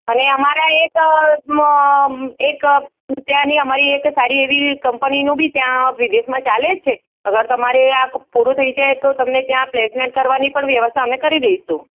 અને અમારા એક એક ત્યાંની અમારી એક સારી એવી કંપનીનું બી ત્યાં વિદેશમાં ચાલે જ છે અગર તમારે આ પૂરું થઈ જાય તો તમને ત્યાં પ્લેસમેન્ટ કરવાની પણ વ્યવસ્થા અમે કરી દઈશું